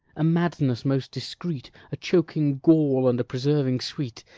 a madness most discreet, a choking gall, and a preserving sweet